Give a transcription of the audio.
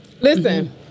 Listen